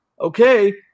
okay